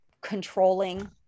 controlling